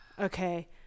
okay